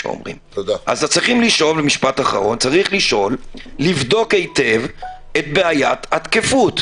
כמו שאומרים צריך לבדוק היטב את בעיית התקפות,